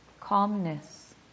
calmness